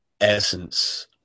essence